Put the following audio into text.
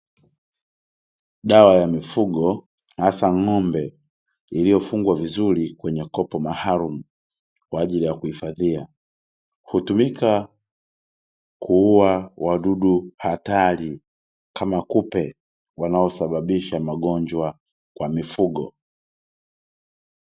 Dawa ya mifugo hasa ng'ombe iliyofungwa vizuri kwenye kopo maalum kwa ajili ya kuhifadhia, hutumika kuua wadudu hatari kama kupe wanaosababisha magonjwa kwa mifugo.